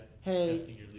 Hey